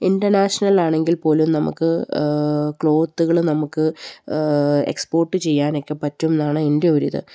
ഇൻറർനാഷണലാണെങ്കിൽ പോലും നമുക്ക് ക്ലോത്തുകള് നമുക്ക് എക്സ്പോർട്ട് ചെയ്യാനൊക്കെ പറ്റുമെന്നാണ് എൻ്റെ ഒരിത്